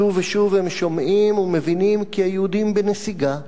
שוב ושוב הם שומעים ומבינים כי היהודים בנסיגה,